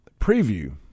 preview